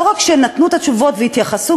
לא רק נתנו את התשובות והתייחסו,